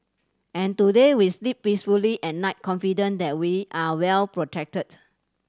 and today we sleep peacefully at night confident that we are well protected